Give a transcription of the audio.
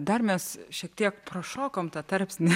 dar mes šiek tiek prašokom tą tarpsnį